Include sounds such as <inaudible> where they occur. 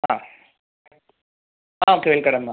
ஆ okay <unintelligible> தரேம்மா